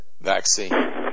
vaccine